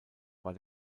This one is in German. war